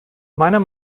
meiner